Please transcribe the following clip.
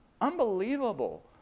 unbelievable